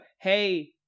Hey